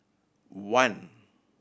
one